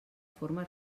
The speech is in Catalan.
forma